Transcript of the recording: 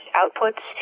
outputs